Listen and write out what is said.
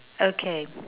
okay